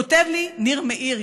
כותב לי ניר מאיר,